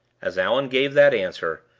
as allan gave that answer,